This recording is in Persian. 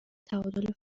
تعادل